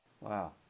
Wow